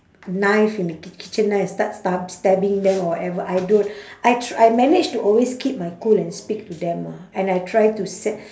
knife in the ki~ kitchen knife and start stub~ stabbing them or whatever I don't I tr~ I manage to always keep my cool and speak to them ah and I try to set